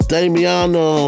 Damiano